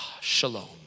shalom